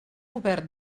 obert